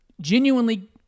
genuinely